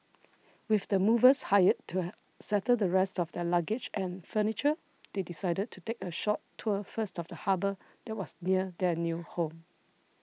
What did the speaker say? with the movers hired to settle the rest of their luggage and furniture they decided to take a short tour first of the harbour that was near their new home